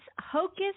Hocus